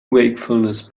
wakefulness